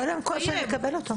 קודם כל שנקבל אותו.